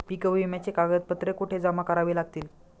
पीक विम्याची कागदपत्रे कुठे जमा करावी लागतील?